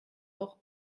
auch